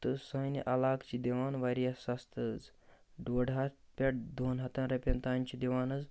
تہٕ سانہِ علاقہٕ چھِ دِوان واریاہ سَستہٕ حظ ڈۄڈ ہَتھ پٮ۪ٹھ دۄن ہَتَن رۄپیَن تام چھِ دِوان حظ